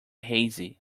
hazy